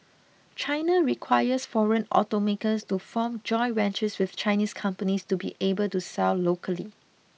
China requires foreign automakers to form joint ventures with Chinese companies to be able to sell locally